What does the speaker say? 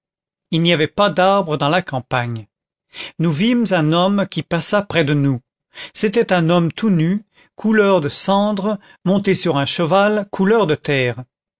il n'y avait pas d'arbres dans la campagne nous vîmes un homme qui passa près de nous c'était un homme tout nu couleur de cendre monté sur un cheval couleur de terre